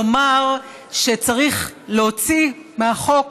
לומר שצריך להוציא מהחוק